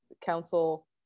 council